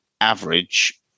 average